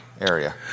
area